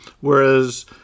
Whereas